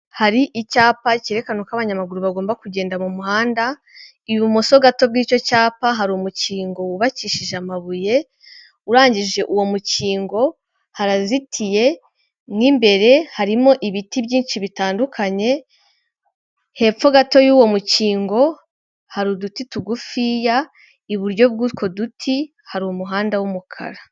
Hari icyapa kerekana uko abanyamaguru bagomba kugenda mu muhanda, ibumoso gato bw'icyo cyapa, hari umukingo wubakishije amabuye, urangije uwo mukingo harazitiye mo imbere harimo ibiti byinshi bitandukanye, hepfo gato y'uwo mukingo hari uduti tugufiya, iburyo bw'utwo duti hari umuhanda w'umukara.